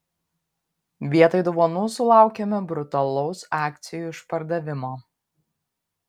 vietoj dovanų sulaukėme brutalaus akcijų išpardavimo